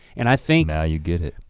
and i think now you get it.